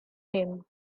name